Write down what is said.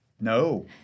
No